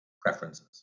preferences